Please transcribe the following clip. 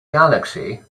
galaxy